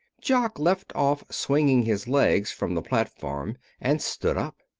jock left off swinging his legs from the platform and stood up.